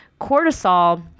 cortisol